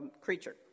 creature